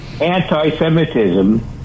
anti-Semitism